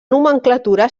nomenclatura